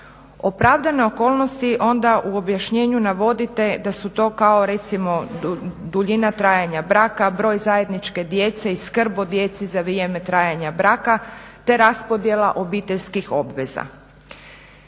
Opravdane okolnosti onda u objašnjenju navodite da su to kao recimo duljina trajanja braka, broj zajedničke djece i skrb o djeci za vrijeme trajanja braka te raspodjela obiteljskih obveza.